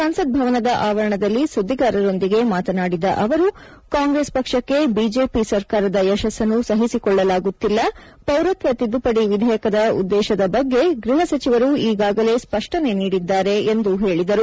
ಸಂಸತ್ ಭವನದ ಆವರಣದಲ್ಲಿ ಸುದ್ದಿಗಾರರೊಂದಿಗೆ ಮಾತನಾಡಿದ ಅವರು ಕಾಂಗ್ರೆಸ್ ಪಕ್ಷಕ್ಕೆ ಬಿಜೆಪಿ ಸರ್ಕಾರದ ಯಶಸ್ಪನ್ನು ಸಹಿಸಿಕೊಳ್ಳಲಾಗುತ್ತಿಲ್ಲ ಪೌರತ್ವ ತಿದ್ದುಪಡಿ ವಿಧೇಯಕದ ಉದ್ದೇಶದ ಬಗ್ಗೆ ಗೃಹ ಸಚಿವರು ಈಗಾಗಲೇ ಸ್ವಷ್ವನೆ ನೀಡಿದ್ದಾರೆ ಎಂದರು